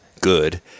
good